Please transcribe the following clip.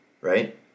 right